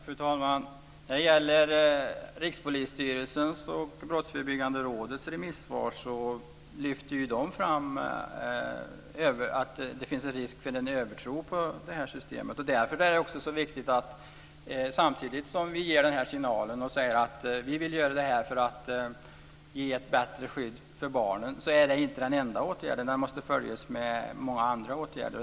Fru talman! När det gäller Rikspolisstyrelsens och Brottsförebyggande rådets remissvar lyfter de ju fram att det finns risk för en övertro på det här systemet. Därför är det viktigt, samtidigt som vi signalerar att vi vill göra det här för att ge ett bättre skydd för barnen, att detta inte blir den enda åtgärden. Den måste följas av många andra åtgärder.